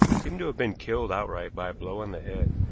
seemed to have been killed outright by a blow on the head.